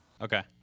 Okay